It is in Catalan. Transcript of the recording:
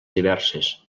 diverses